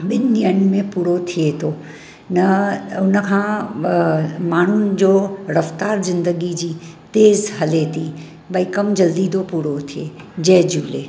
ॿिनि ॾींहंनि में पूरो थिए थे न उनखां अ माण्हुनि जो रफ़्तार जिंदगी जी तेज़ हले थी भई कमु जल्दी तो पूरो थिए जय झूले